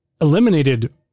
eliminated